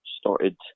started